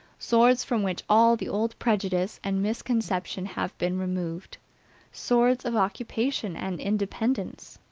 swords from which all the old prejudice and misconception have been removed swords of occupation and independence!